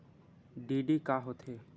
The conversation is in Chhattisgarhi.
डी.डी का होथे?